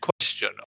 question